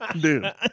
Dude